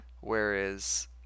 whereas